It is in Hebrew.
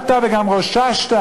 מעלתו, מר סטיבן